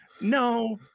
No